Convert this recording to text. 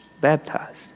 baptized